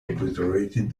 obliterated